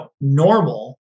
normal